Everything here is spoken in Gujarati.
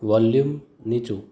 વૉલ્યૂમ્ નીચું